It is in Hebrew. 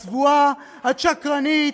את צבועה, את שקרנית,